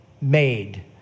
made